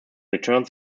returned